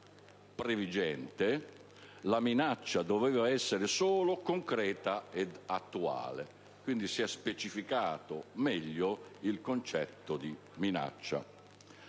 previgente la minaccia doveva essere solo concreta e attuale. Quindi, si è specificato in modo migliore il concetto di minaccia